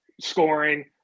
scoring